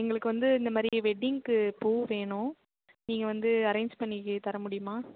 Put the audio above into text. எங்களுக்கு வந்து இந்த மாதிரி வெட்டிங்குக்கு பூ வேணும் நீங்கள் வந்து அரேஞ்ச் பண்ணி தர முடியுமா